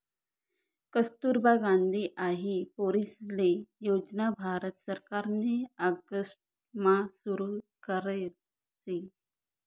कस्तुरबा गांधी हाई पोरीसले योजना भारत सरकारनी ऑगस्ट मा सुरु करेल शे